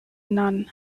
none